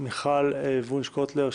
מיכל וונש קוטלר,